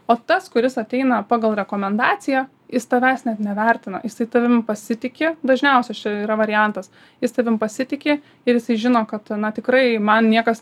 o tas kuris ateina pagal rekomendaciją jis tavęs net nevertina jisai tavim pasitiki dažniausias čia yra variantas jis tavim pasitiki ir jisai žino kad na tikrai man niekas